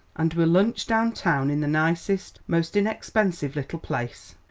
and we'll lunch down town in the nicest, most inexpensive little place.